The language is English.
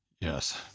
Yes